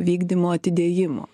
vykdymo atidėjimo